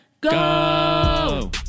go